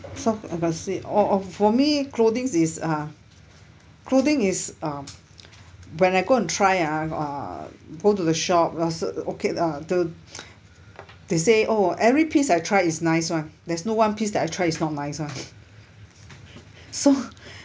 so opposite orh for me clothing is uh clothing is um when I go and try ah uh go to the shop all's okay lah the they say oh every piece I try is nice [one] there's no one piece that I try is not nice [one] so